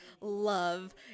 love